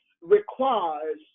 requires